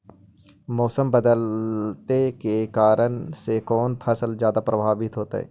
मोसम बदलते के कारन से कोन फसल ज्यादा प्रभाबीत हय?